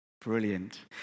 Brilliant